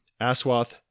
Aswath